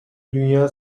dünya